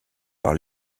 par